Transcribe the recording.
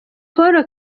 paul